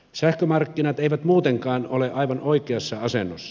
sähkömarkkinat eivät muutenkaan ole aivan oikeassa asennossa